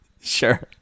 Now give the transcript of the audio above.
sure